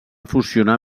fusionar